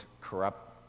corrupt